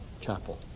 Chapel